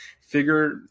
figure